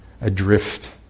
adrift